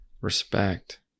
respect